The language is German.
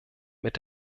mit